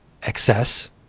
Excess